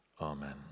Amen